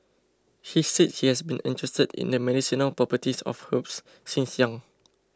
he said he has been interested in the medicinal properties of herbs since young